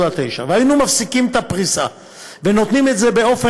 1.9. 1.9. אם היינו מפסיקים את הפריסה ונותנים את זה באופן